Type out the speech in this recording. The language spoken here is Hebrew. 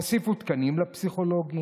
הוסיפו תקנים לפסיכולוגים?